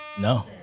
No